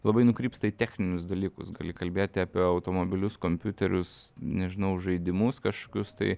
labai nukrypsta į techninius dalykus gali kalbėti apie automobilius kompiuterius nežinau žaidimus kažkokius tai